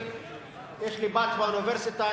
יש לי בת באוניברסיטה,